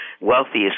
wealthiest